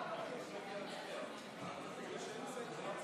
הודעת ראש הממשלה על פעילות הממשלה בתקופה שחלפה מאז